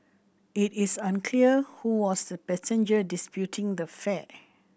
it is unclear who was the passenger disputing the fare